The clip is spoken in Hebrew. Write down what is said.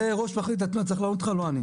זה רק מחלקת התנועה, לא אני.